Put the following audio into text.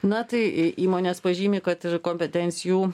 na tai į įmonės pažymi kad ir kompetencijų